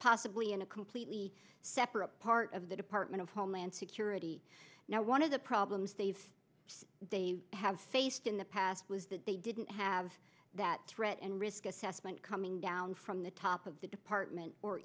possibly in a completely separate part of the department of homeland security now one of the problems they've said they have faced in the past was that they didn't have that threat and risk assessment coming down from the top of the department or